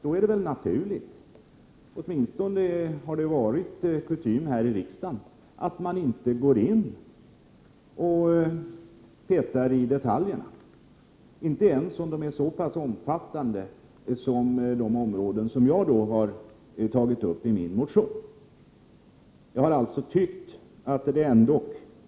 Då är det väl naturligt, åtminstone har det varit kutym i riksdagen, att man inte går in och petari detaljerna —inte ens om de är så pass omfattande som de områden som jag har tagit upp i min motion.